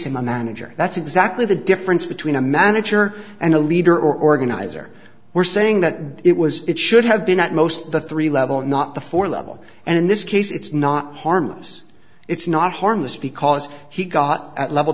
him a manager that's exactly the difference between a manager and a leader organizer we're saying that it was it should have been at most the three level not the four level and in this case it's not harmless it's not harmless because he got at level